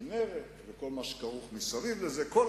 ומכיוון